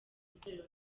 itorero